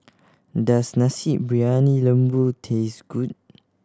does Nasi Briyani Lembu taste good